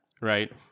Right